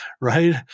right